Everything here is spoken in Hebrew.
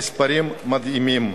המספרים הם מדהימים.